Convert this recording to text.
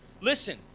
listen